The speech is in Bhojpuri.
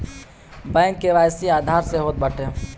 बैंक के.वाई.सी आधार से होत बाटे